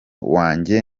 wanjye